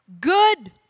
Good